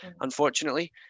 unfortunately